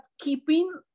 keeping